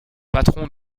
patron